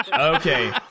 Okay